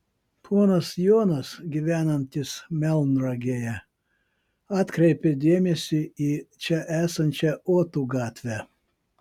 ponas jonas gyvenantis melnragėje atkreipė dėmesį į čia esančią otų gatvę